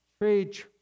trade